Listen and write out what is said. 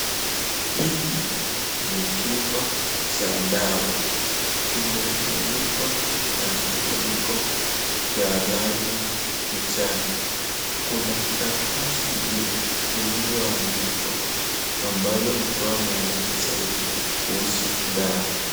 Hiki ni chupa cha dawa imefungwa na kifuniko cha rangi kijani kuna karatasi juu lilioandikwa ambalo utoa maelezo zaidi kuhusu dawa.